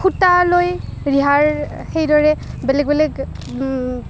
সূতা লৈ ৰিহাৰ সেইদৰে বেলেগ বেলেগ